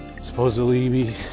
supposedly